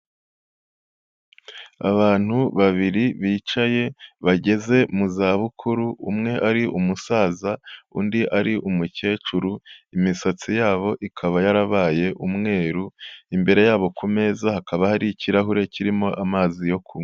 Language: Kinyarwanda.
Abantu babiri bicaye bageze mu zabukuru, umwe ari umusaza undi ari umukecuru, imisatsi yabo ikaba yarabaye umweru, imbere yabo ku meza hakaba hari ikirahure kirimo amazi yo kunywa.